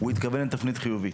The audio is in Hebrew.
התכוון לתפנית חיובית.